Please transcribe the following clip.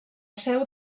seu